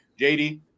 JD